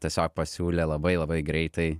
tiesiog pasiūlė labai labai greitai